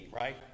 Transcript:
right